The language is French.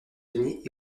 unis